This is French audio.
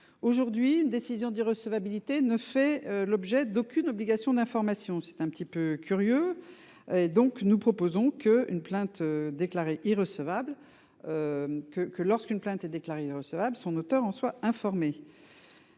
aujourd'hui une décision d'irrecevabilité ne fait l'objet d'aucune obligation d'information, c'est un petit peu curieux. Donc nous proposons que une plainte déclarée irrecevable. Que que lorsqu'une plainte est déclarée recevable. Son auteur en soit informé.